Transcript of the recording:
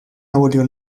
abolió